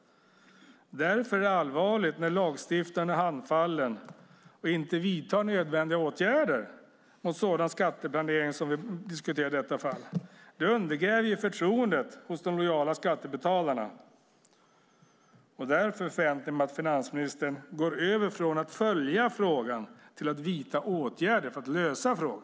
Därför är det allvarligt när lagstiftaren är handfallen och inte vidtar nödvändiga åtgärder mot sådan skatteplanering som vi diskuterar i detta fall. Det undergräver förtroendet hos de lojala skattebetalarna. Därför förväntar jag mig att finansministern övergår från att följa frågan till att vidta åtgärder för att lösa frågan.